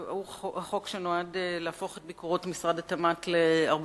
והוא החוק שנועד להפוך את ביקורות משרד התמ"ת להרבה